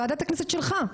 של ועדת הכנסת שלך,